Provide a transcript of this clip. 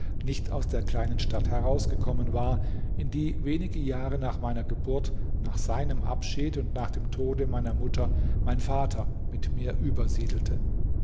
nicht aus der kleinen stadt herausgekommen war in die wenige jahre nach meiner geburt nach seinem abschied und nach dem tode meiner mutter mein vater mit mir übersiedelte